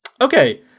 Okay